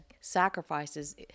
sacrifices